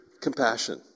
Compassion